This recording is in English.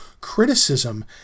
criticism